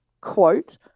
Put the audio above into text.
quote